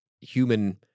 human